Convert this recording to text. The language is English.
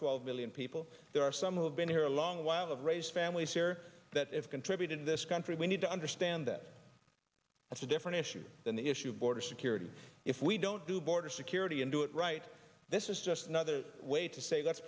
twelve million people there are some who have been here a long while and raise families here that if contributed to this country we need to understand that that's a different issue than the issue of border security if we don't do border security and do it right this is just another way to say let's